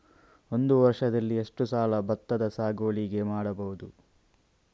ಒಂದು ವರ್ಷದಲ್ಲಿ ಎಷ್ಟು ಸಲ ಭತ್ತದ ಸಾಗುವಳಿ ಮಾಡಬಹುದು?